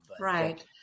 Right